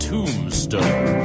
Tombstone